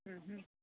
ହୁଁ ହୁଁ